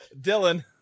Dylan